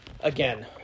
Again